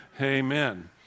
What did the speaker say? Amen